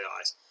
eyes